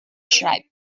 schreibt